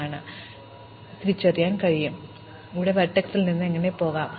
അതിനാൽ ഞങ്ങൾ എങ്ങനെ തിരിച്ചറിയും നൽകിയ വെർട്ടെക്സിനായി ഉറവിട വെർട്ടെക്സിൽ നിന്ന് എങ്ങനെ പോകാം